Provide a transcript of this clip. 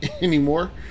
anymore